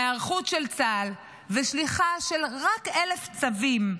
ההיערכות של צה"ל ושליחה של רק 1,000 צווים,